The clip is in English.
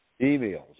emails